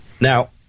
Now